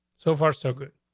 so far, so good.